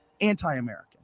anti-American